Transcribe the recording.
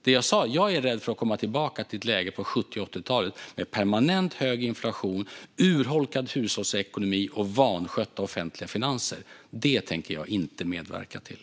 Det jag sa var att jag är rädd för att komma tillbaka till 70 och 80-talens läge med permanent hög inflation, urholkad hushållsekonomi och vanskötta offentliga finanser. Det tänker jag inte medverka till.